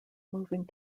moving